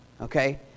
Okay